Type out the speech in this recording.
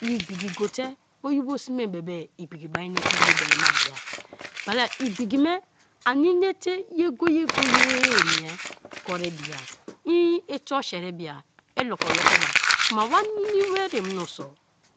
I igbiki gote oyibo sme bebe igbiki mai ne te i biobelema biya bala igbiki me ani nete ye go-ye-go-ye mie kori bia; i i torsheri bia, i loko ma kma wa nimi ware mioso